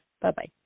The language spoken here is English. Bye-bye